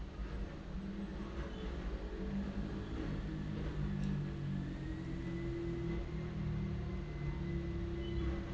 um